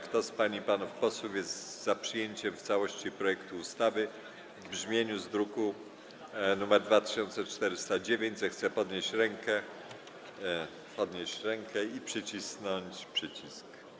Kto z pań i panów posłów jest za przyjęciem w całości projektu ustawy w brzmieniu z druku nr 2409, zechce podnieść rękę i nacisnąć przycisk.